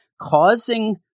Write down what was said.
causing